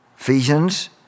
Ephesians